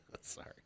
Sorry